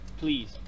please